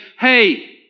hey